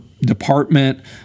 department